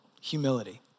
humility